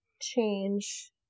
change